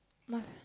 must